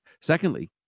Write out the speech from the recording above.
Secondly